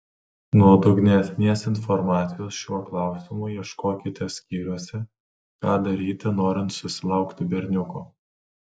nuodugnesnės informacijos šiuo klausimu ieškokite skyriuose ką daryti norint susilaukti berniuko